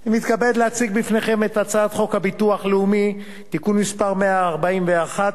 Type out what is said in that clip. לעלות ולהציג את הצעת חוק הביטוח הלאומי (תיקון מס' 141),